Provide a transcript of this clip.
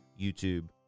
YouTube